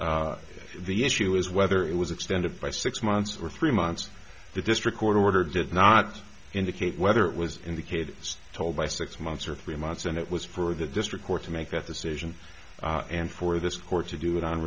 limitations the issue is whether it was extended by six months or three months the district court order did not indicate whether it was indicated told by six months or three months and it was for the district court to make that decision and for this court to do it on